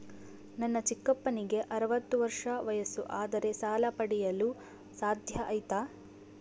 ನನ್ನ ಚಿಕ್ಕಪ್ಪನಿಗೆ ಅರವತ್ತು ವರ್ಷ ವಯಸ್ಸು ಆದರೆ ಸಾಲ ಪಡೆಯಲು ಸಾಧ್ಯ ಐತಾ?